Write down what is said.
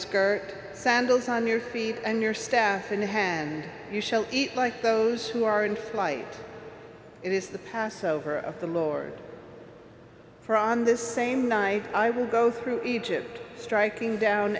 skirt sandals on your feet and your staff and hand you shall eat like those who are in flight it is the passover of the lord for on this same night i will go through egypt striking down